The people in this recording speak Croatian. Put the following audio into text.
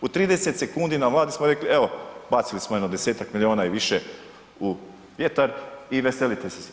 U 30 sekundi na Vladi smo rekli evo, bacili smo jedno 10-tak milijuna i više, u vjetar i veselite se.